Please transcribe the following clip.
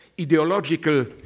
ideological